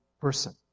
person